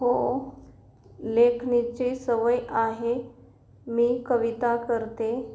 हो लेखनाची सवय आहे मी कविता करते